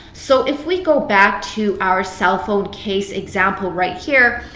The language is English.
so if we go back to our cell phone case example right here,